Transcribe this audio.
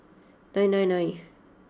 nine nine nine